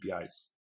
APIs